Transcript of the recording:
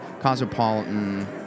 Cosmopolitan